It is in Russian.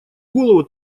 голову